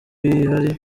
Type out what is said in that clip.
ihari